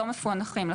לא מפוענחים,